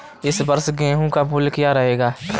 इस वर्ष गेहूँ का मूल्य क्या रहेगा?